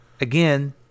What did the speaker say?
Again